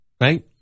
right